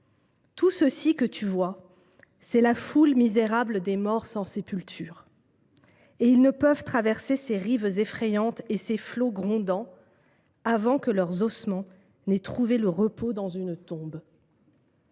Tous ceux ci que tu vois, c’est la foule misérable des morts sans sépulture ;[…]« Et ils ne peuvent traverser ces rives effrayantes et ces flots grondants « Avant que leurs ossements n’aient trouvé le repos dans une tombe.